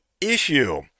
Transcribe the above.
issue